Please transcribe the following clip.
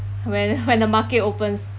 when when the market opens